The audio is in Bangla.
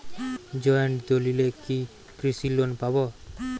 জয়েন্ট দলিলে কি কৃষি লোন পাব?